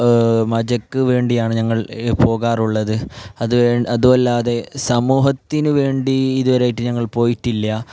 മജക്കു വേണ്ടിയാണ് ഞങ്ങൾ പോകാറുള്ളത് അതു അല്ലാതെ സമൂഹത്തിനു വേണ്ടി ഇതു വരെയായിട്ട് ഞങ്ങൾ പോയിട്ടില്ല